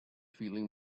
feeling